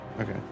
Okay